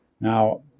Now